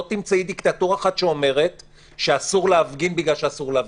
לא תמצאי דיקטטורה אחת שאומרת שאסור להפגין בגלל שאסור להפגין.